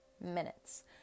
minutes